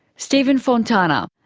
stephen fontana,